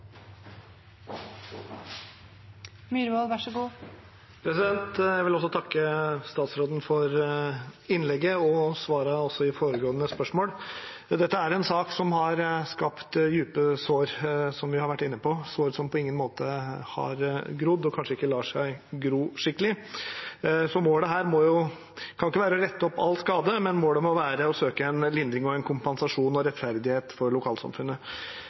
en sak som har skapt dype sår, som vi har vært inne på, sår som på ingen måte har grodd, og som kanskje ikke vil kunne gro skikkelig. Målet her kan ikke være å rette opp all skade, det må være å søke en lindring og en kompensasjon og rettferdighet for lokalsamfunnet